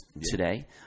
today